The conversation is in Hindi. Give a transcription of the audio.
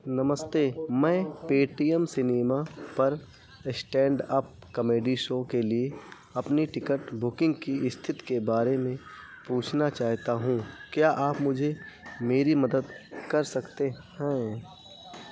नमस्ते मैं पेटीएम सिनेमा पर स्टैंड अप कॉमेडी शो के लिए अपनी टिकट बुकिंग की स्थिति के बारे में पूछना चाहता हूँ क्या आप मुझे मेरी मदद कर सकते हैं